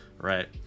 right